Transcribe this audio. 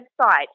website